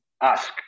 ask